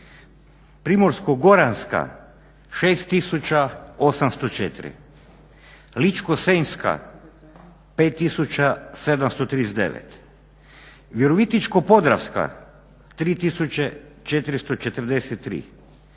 Primorsko-goranska 6804, Ličko-senjska 5739, Virovitičko-podravska 3443,